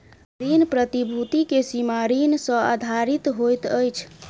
ऋण प्रतिभूति के सीमा ऋण सॅ आधारित होइत अछि